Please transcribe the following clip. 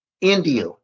India